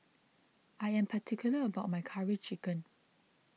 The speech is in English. I am particular about my Curry Chicken